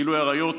גילוי עריות,